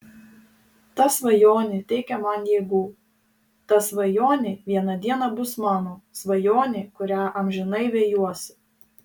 ta svajonė teikia man jėgų ta svajonė vieną dieną bus mano svajonė kurią amžinai vejuosi